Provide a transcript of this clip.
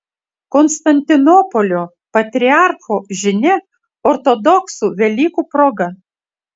konstantinopolio patriarcho žinia ortodoksų velykų proga